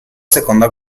seconda